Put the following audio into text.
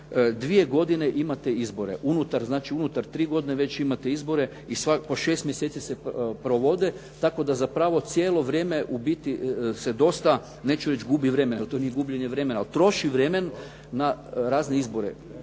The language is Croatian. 2 godine imate izbore unutar, znači unutar 3 godine već imate izbore i po 6 mjeseci se provode, tako da zapravo cijelo vrijeme ubiti se dosta, neću reći gubi vremena jer to nije gubljenje vremena, ali troši vrijeme na razne izbore.